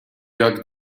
jak